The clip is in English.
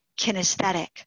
kinesthetic